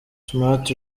smart